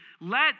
let